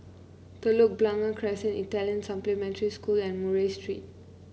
Telok Blangah Crescent Italian Supplementary School and Murray Street